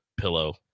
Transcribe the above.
pillow